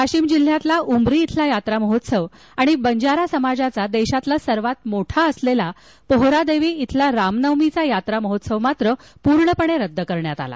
वाशिम जिल्ह्यात उमरी इथला यात्रा महोत्सव तसंच बंजारा समाजाचा देशातला सर्वात मोठा असलेला पोहरादेवी इथला रामनवमीचा यात्रा महोत्सव रद्द करण्यात आला